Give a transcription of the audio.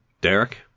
Derek